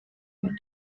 bomb